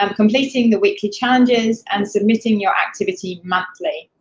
um completing the weekly challenges and submitting your activity monthly.